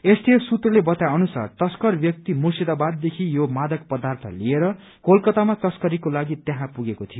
STF सूत्रले बताए अनुसार तश्कर व्यक्ति मुर्शिदाबादेदेखि यो मादक पदार्य लिएर कलकतामा तस्करीको लागि त्यहाँ पुगेको थियो